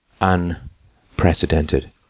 unprecedented